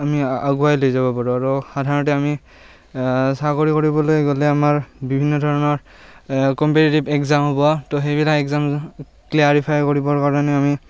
আমি আগুৱাই লৈ যাব পাৰোঁ আৰু সাধাৰণতে আমি চাকৰি কৰিবলৈ গ'লে আমাৰ বিভিন্ন ধৰণৰ কম্পিটিটিভ এগ্জাম হ'ব তো সেইবিলাক এগ্জাম ক্লেৰিফাই কৰিবৰ কাৰণে আমি